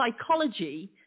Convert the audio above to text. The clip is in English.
psychology